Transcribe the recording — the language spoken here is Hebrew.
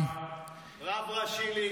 רב ראשי לישראל,